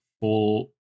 full